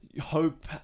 hope